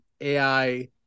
AI